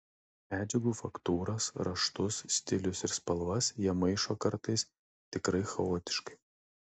medžiagų faktūras raštus stilius ir spalvas jie maišo kartais tikrai chaotiškai